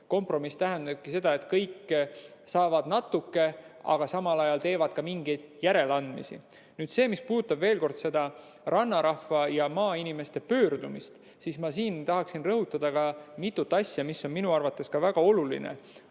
Kompromiss tähendabki seda, et kõik saavad natuke, aga samal ajal teevad ka mingeid järeleandmisi. Nüüd see, mis puudutab seda rannarahva ja maainimeste pöördumist. Ma tahaksin siinkohal rõhutada mitut asja, mis on minu arvates väga oluline.